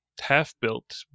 half-built